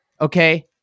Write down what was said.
Okay